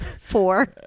Four